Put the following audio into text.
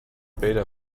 beta